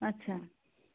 আচ্ছা